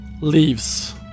leaves